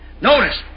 Notice